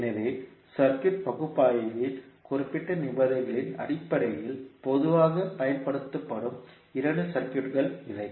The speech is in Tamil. எனவே சர்க்யூட் பகுப்பாய்வில் குறிப்பிட்ட நிபந்தனைகளின் அடிப்படையில் பொதுவாக பயன்படுத்தப்படும் இரண்டு சர்க்யூட்கள் இவை